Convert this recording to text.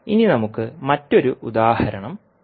ഇനി നമുക്ക് മറ്റൊരു ഉദാഹരണം നോക്കാം